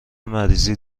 مریضی